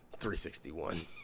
361